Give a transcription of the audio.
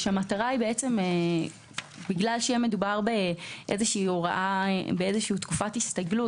מכיוון שיהיה מדובר באיזושהי תקופת הסתגלות,